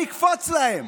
שנקפוץ להם.